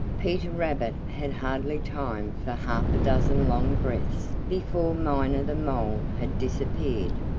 peter rabbit had hardly time for half a dozen long breaths before miner the mole had disappeared.